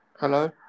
Hello